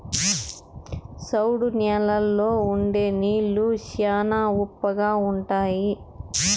సౌడు న్యాలల్లో ఉండే నీళ్లు శ్యానా ఉప్పగా ఉంటాయి